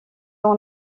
ont